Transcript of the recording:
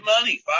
money